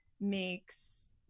makes